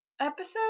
Episode